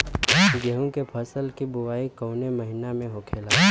गेहूँ के फसल की बुवाई कौन हैं महीना में होखेला?